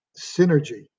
synergy